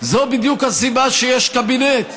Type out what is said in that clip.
זו בדיוק הסיבה שיש קבינט.